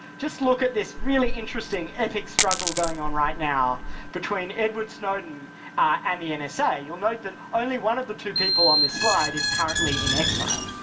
just look at this really interesting epic struggle going on right now between edward snowden and the and nsa. you'll note that only one of the two people on this slide is currently in exile.